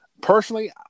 Personally